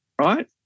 right